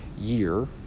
year